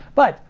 but,